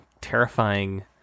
terrifying